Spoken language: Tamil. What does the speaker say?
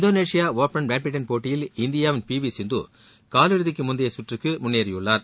இந்தோனேஷியா ஒபன் பேட்மிண்டன் போட்டியில் இந்தியாவின் பி வி சிந்து காலிறுதிக்கு முந்தைய சுற்றுக்கு முன்னேறியுள்ளார்